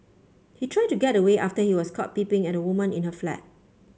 he tried to get away after he was caught peeping at a woman in her flat